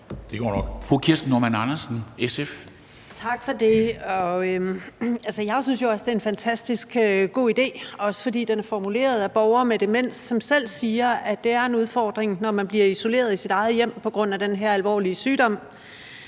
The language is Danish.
Det går nok.